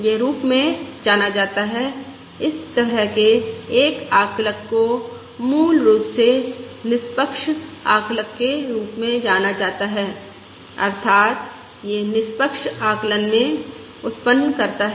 यह रूप में जाना जाता है इस तरह के एक आकलक को मूल रूप से निष्पक्ष आकलक के रूप में जाना जाता है अर्थात यह निष्पक्ष आकलन में उत्पन्न करता है